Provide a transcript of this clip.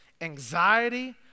anxiety